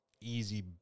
easy